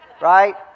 right